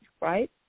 right